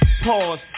Pause